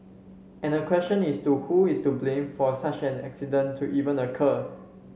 and the question is to who is to blame for such an accident to even occur